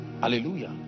hallelujah